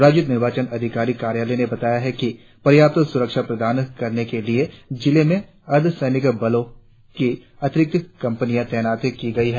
राज्य निर्वाचन अधिकारी कार्यालय ने बताया है कि पर्याप्त सुरक्षा प्रदान करने के लिए जिले में अर्धसैनिक बलों की अतिरिक्त कंपनियां तैनात की गई हैं